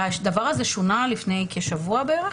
הדבר הזה שונה לפני כשבוע בערך,